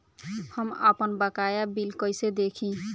हम आपनबकाया बिल कइसे देखि?